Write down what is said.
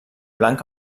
blanc